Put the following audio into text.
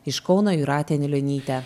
iš kauno jūratė anilionytė